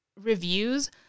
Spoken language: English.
reviews –